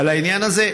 על העניין הזה.